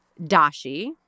dashi